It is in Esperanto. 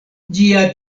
ĝia